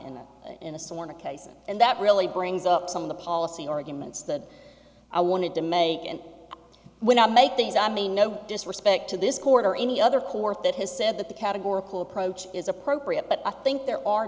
cases and that really brings up some of the policy or game and said i wanted to make and when i make things i mean no disrespect to this court or any other court that has said that the categorical approach is appropriate but i think there are